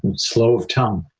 slow of tongue.